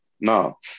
no